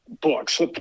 books